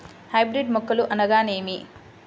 Hybrid మొక్కలు అనగానేమి?